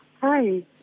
Hi